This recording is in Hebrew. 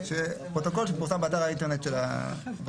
פרוטוקול שפורסם באתר האינטרנט של הרשות.